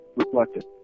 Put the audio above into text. reflected